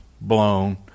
blown